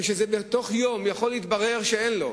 כשבתוך יום יכול להתברר שאין להם.